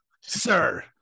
sir